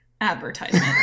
advertisement